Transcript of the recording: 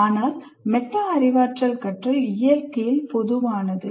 ஆனால் மெட்டா அறிவாற்றல் கற்றல் இயற்கையில் பொதுவானது